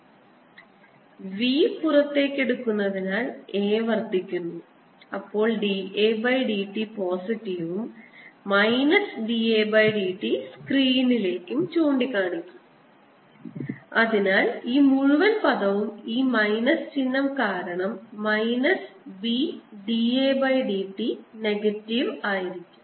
v പുറത്തേക്ക് എടുക്കുന്നതിനാൽ A വർദ്ധിക്കുന്നു അപ്പോൾ d A by dt പോസിറ്റീവും minus d A by dt സ്ക്രീനിലേക്കും ചൂണ്ടിക്കാണിക്കുന്നു അതിനാൽ ഈ മുഴുവൻ പദവും ഇവിടെ ഈ മൈനസ് ചിഹ്നം കാരണം minus b da by dt negative ആയിരിക്കും